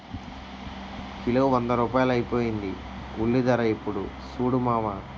kilo వంద రూపాయలైపోయింది ఉల్లిధర యిప్పుడు సూడు మావా